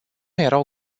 erau